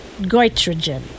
goitrogen